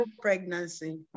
pregnancy